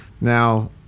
now